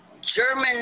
German